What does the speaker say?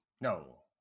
No